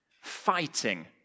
fighting